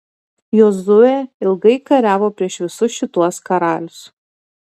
jozuė ilgai kariavo prieš visus šituos karalius